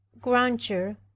granger